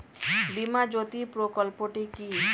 বীমা জ্যোতি প্রকল্পটি কি?